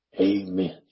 Amen